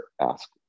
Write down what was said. ask